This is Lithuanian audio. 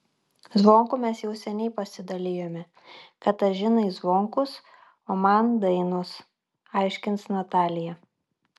zvonkų mes jau seniai pasidalijome katažinai zvonkus o man dainos aiškins natalija